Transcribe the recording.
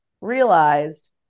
realized